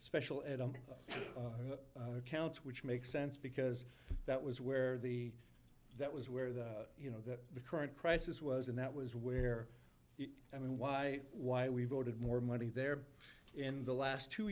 special ed on counts which makes sense because that was where the that was where the you know that the current crisis was and that was where i mean why why we voted more money there in the last two